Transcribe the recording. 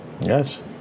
Yes